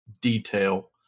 detail